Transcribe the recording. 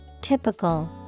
typical